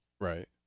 Right